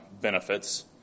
benefits